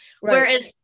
whereas